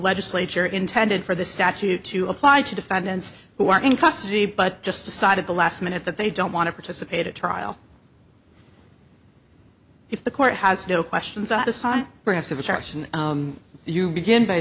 legislature intended for the statute to apply to defendants who are in custody but just decide at the last minute that they don't want to participate at trial if the court has no questions at this time perhaps of which action you begin by